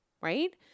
right